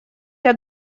для